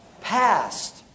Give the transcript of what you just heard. past